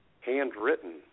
handwritten